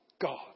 God